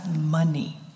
money